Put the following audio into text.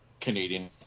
Canadian